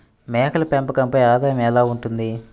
మేకల పెంపకంపై ఆదాయం ఎలా ఉంటుంది?